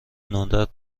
ندرت